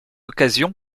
occasion